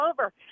over